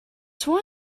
sworn